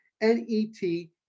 N-E-T